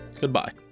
goodbye